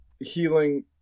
healing